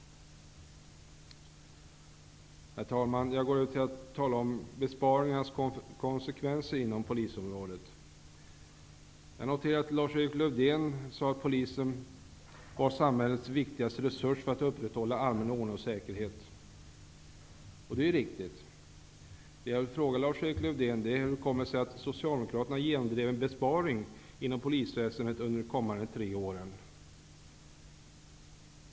Herr talman! Jag går över till att tala om besparingarnas konsekvenser inom polisområdet. Jag noterar att Lars-Erik Lövdén sade att polisen var samhällets viktigaste resurs för att upprätthålla allmän ordning och säkerhet. Det är ju riktigt. Jag vill fråga Lars-Erik Lövdén hur det kommer sig att Socialdemokraterna genomdrev att en besparing inom polisväsendet skall ske under de kommande tre åren.